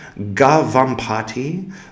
Gavampati